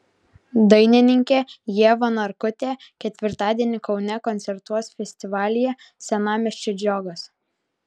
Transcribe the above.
dainininkė ieva narkutė ketvirtadienį kaune koncertuos festivalyje senamiesčio žiogas